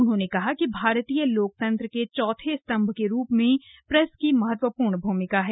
उन्होंने कहा कि भारतीय लोकतंत्र के चौथे स्तंभ के रूप में प्रेस की महत्वपूर्ण भूमिका है